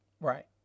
Right